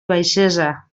baixesa